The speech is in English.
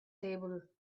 table